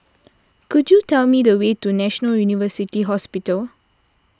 could you tell me the way to National University Hospital